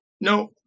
No